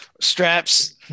straps